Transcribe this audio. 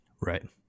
Right